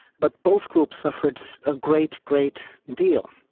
but both groups suffered a great, great deal.